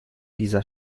dieser